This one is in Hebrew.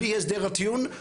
בלי הסדר הטיעון,